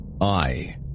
I